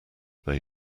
they